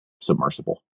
submersible